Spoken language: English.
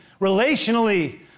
relationally